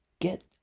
get